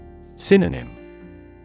Synonym